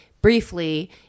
briefly